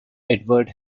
edward